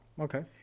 Okay